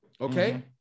okay